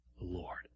Lord